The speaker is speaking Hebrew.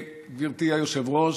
גברתי היושבת-ראש,